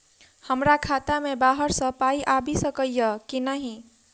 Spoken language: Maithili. हमरा खाता मे बाहर सऽ पाई आबि सकइय की नहि?